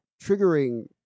triggering